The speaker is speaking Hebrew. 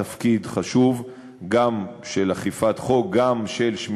תפקיד חשוב גם של אכיפת חוק,